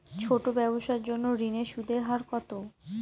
ছোট ব্যবসার জন্য ঋণের সুদের হার কত?